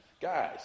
Guys